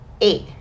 Eight